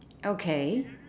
okay